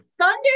Thunder